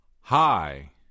Hi